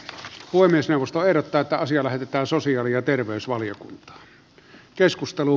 puhemiesneuvosto ehdottaa että asia lähetetään sosiaali ja terveysvaliokuntaan